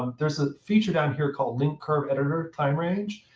um there's a feature down here, called link curve editor, time range.